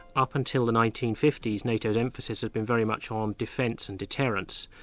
up until the nineteen fifty s nato's emphasis had been very much on defence and deterrence.